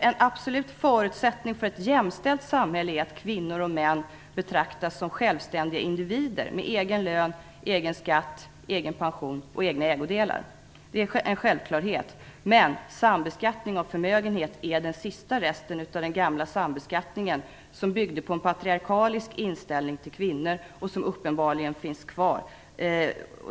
En absolut förutsättning för ett jämställt samhälle är att kvinnor och män betraktas som självständiga individer med egen lön, egen skatt, egen pension och egna ägodelar. Det är en självklarhet, men sambeskattning av förmögenhet är den sista resten av den gamla sambeskattningen som byggde på en patriarkalisk inställning till kvinnor som uppenbarligen finns kvar.